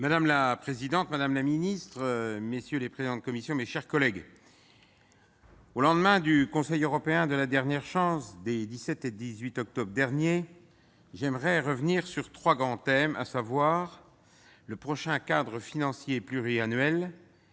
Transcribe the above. Madame la présidente, madame la secrétaire d'État, messieurs les présidents de commission, mes chers collègues, au lendemain du Conseil européen « de la dernière chance » des 17 et 18 octobre derniers, j'aimerais revenir sur trois grands thèmes, à savoir le prochain cadre financier pluriannuel,